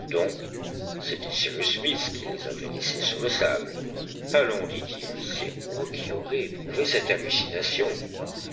donc c'était cyrus smith qui les avait laissées sur le sable allons dit-il c'est moi qui aurai éprouvé cette hallucination